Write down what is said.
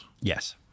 Yes